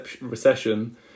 recession